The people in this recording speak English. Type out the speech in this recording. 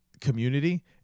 community